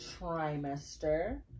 trimester